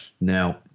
now